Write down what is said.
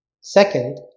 Second